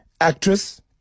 actress